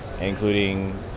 including